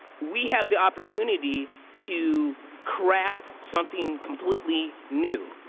we have the opportunity to craft something completely new,